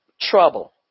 trouble